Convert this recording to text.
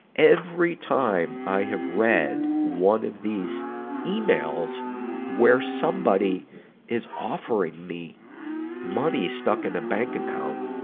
every time i have read one of these emails where somebody is offering me money stuck in a bank account,